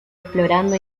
explorando